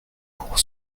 pour